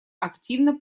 активно